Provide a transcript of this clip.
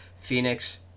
Phoenix